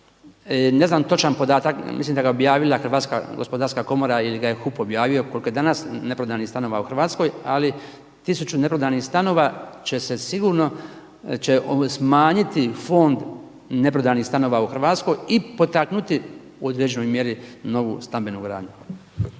Ne znam točan podatak. Ja mislim da ga je objavila Hrvatska gospodarska komora ili ga je HUP objavio koliko je danas neprodanih stanova u Hrvatskoj, ali 1000 neprodanih stanova će se sigurno, će smanjiti fond neprodanih stanova u Hrvatskoj i potaknuti u određenoj mjeri novu stambenu gradnju.